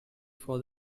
for